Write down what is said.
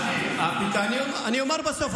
אני אומר בסוף.